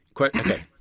okay